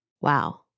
Wow